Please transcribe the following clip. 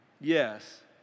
yes